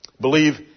Believe